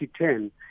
2010